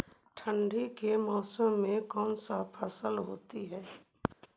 ठंडी के मौसम में कौन सा फसल होती है?